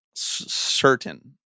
certain